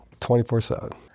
24-7